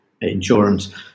insurance